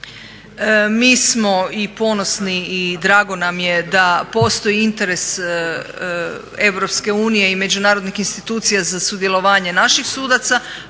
Mi smo i ponosni i drago nam je da postoji interes Europske unije i međunarodnih institucija za sudjelovanje naših sudaca,